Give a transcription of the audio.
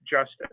justice